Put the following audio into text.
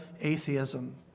atheism